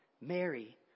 Mary